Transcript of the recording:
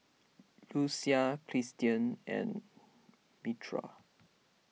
Luisa Christen and